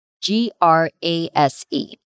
G-R-A-S-E